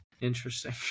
Interesting